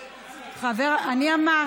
אני מבקשת שתתנצלי.